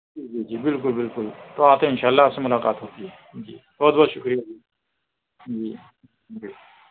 جی جی بالکل بالکل تو آتے ہیں اِنشاء اللہ آپ سے مُلاقات ہوتی ہے جی جی بہت بہت شُکریہ جی جی جی